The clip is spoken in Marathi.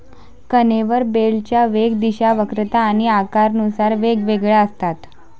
कन्व्हेयर बेल्टच्या वेग, दिशा, वक्रता आणि आकारानुसार वेगवेगळ्या असतात